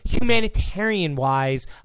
humanitarian-wise